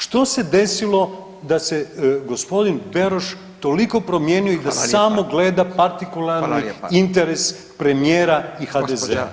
Što se desilo da se gospodin Beroš toliko promijenio i da samo gleda [[Upadica: Hvala lijepa.]] partikularni interes premijera i HDZ-a.